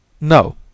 No